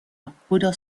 oscuro